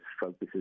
focuses